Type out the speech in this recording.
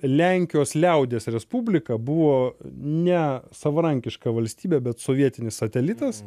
lenkijos liaudies respublika buvo ne savarankiška valstybė bet sovietinis satelitas